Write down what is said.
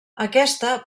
aquesta